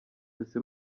gusa